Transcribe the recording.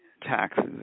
taxes